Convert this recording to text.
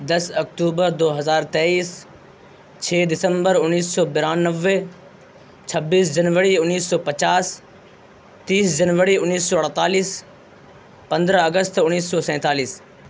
دس اکتوبر دو ہزار تیئیس چھ دسمبر انیس سو برانوے چھبیس جنوری انیس سو پچاس تیس جنوری انیس سو اڑتالیس پندرہ اگست انیس سو سینتالیس